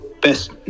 best